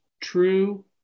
true